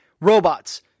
robots